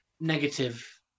negative